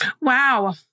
Wow